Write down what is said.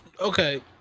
Okay